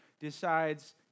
decides